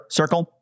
circle